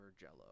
jello